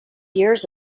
years